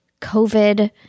COVID